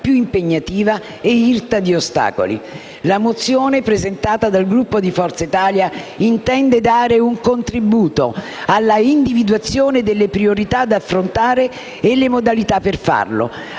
La mozione presentata dal Gruppo di Forza Italia intende dare un contributo all'individuazione delle priorità da affrontare e delle modalità per farlo.